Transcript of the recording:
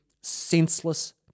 senseless